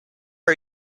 are